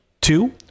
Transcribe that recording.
two